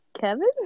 Kevin